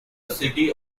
city